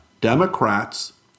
Democrats